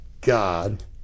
God